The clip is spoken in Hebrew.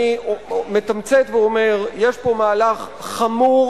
אני מתמצת ואומר: יש פה מהלך חמור,